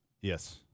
Yes